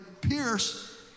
pierce